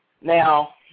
Now